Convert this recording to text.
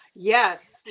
Yes